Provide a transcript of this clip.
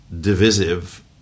divisive